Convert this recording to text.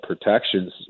protections